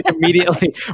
Immediately